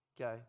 okay